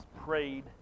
prayed